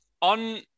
On